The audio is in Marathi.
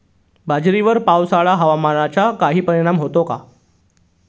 बाजरीवर पावसाळा हवामानाचा काही परिणाम होतो का?